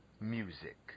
music